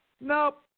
nope